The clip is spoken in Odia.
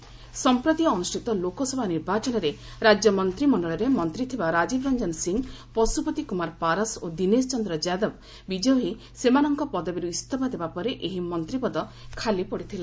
ସଫପ୍ତି ଅନୁଷ୍ଠିତ ଲୋକସଭା ନିର୍ବାଚନରେ ରାଜ୍ୟ ମନ୍ତ୍ରୀମଣ୍ଡଳରେ ମନ୍ତ୍ରୀ ଥିବା ରାଜୀବ ରଞ୍ଜନ ସିଂହ ପଶ୍ରପତି କୁମାର ପାରସ ଓ ଦିନେଶ ଚନ୍ଦ୍ ଯାଦବ ବିଜୟୀ ହୋଇ ସେମାନଙ୍କ ପଦବୀରୂ ଇଞ୍ଜଫା ଦେବା ପରେ ଏହି ମନ୍ତ୍ରୀ ପଦ ଖାଲି ପଡିଥିଲା